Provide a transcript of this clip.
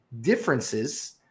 differences